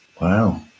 Wow